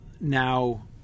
now